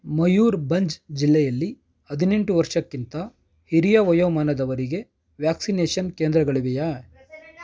ಮಯೂರ್ಭಂಜ್ ಜಿಲ್ಲೆಯಲ್ಲಿ ಹದಿನೆಂಟು ವರ್ಷಕ್ಕಿಂತ ಹಿರಿಯ ವಯೋಮಾನದವರಿಗೆ ವ್ಯಾಕ್ಸಿನೇಷನ್ ಕೇಂದ್ರಗಳಿವೆಯೇ